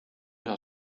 üha